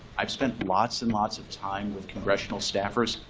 i've spent lots and lots of time with congressional staffers.